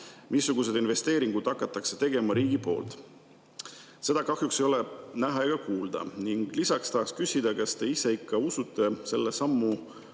Missuguseid investeeringuid hakatakse tegema riigi poolt? Seda kahjuks ei ole näha ega kuulda. Lisaks tahan küsida, kas te ise usute selle sammu